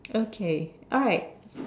okay alright